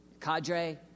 cadre